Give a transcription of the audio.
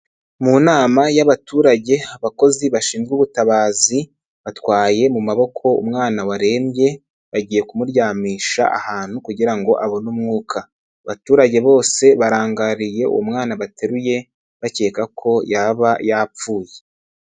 Mu nama y'abaturage abakozi bashinzwe ubutabazi batwaye mu maboko umwana warembye bagiye kumuryamisha ahantu kugira ngo abone umwuka, abaturage bose barangariye uwo umwana bateruye bakeka ko yaba yapfuye.